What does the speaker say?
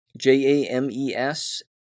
J-A-M-E-S